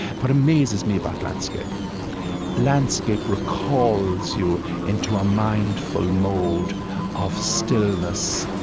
what amazes me about landscape landscape recalls you into a mindful mode of stillness,